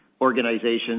organizations